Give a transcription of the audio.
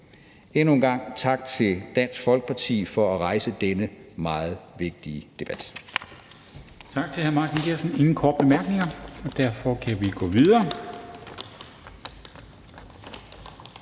vil jeg sige tak til Dansk Folkeparti for at rejse denne meget vigtige debat.